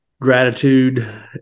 gratitude